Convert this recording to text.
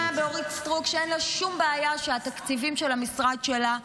שאין לה שום בעיה שהתקציבים של המשרד שלה,